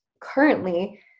currently